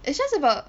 it's just about